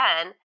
again